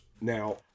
Now